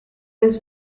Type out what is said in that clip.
was